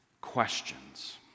questions